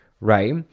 right